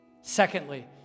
Secondly